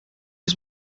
was